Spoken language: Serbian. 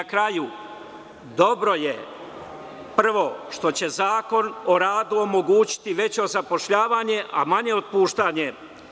Na kraju, dobro je, prvo što će Zakon o radu omogućiti veće zapošljavanje a manje otpuštanje.